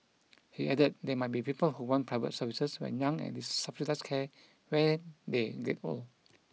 he added there might be people who want private services when young and subsidised care when they get old